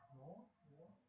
no one